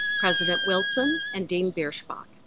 president wilson and dean bierschbach,